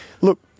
look